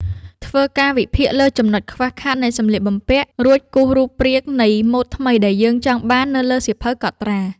ធ្វើការវិភាគពីចំណុចខ្វះខាតនៃសម្លៀកបំពាក់ រួចគូររូបព្រាងនៃម៉ូដថ្មីដែលយើងចង់បាននៅលើសៀវភៅកត់ត្រា។